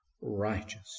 righteous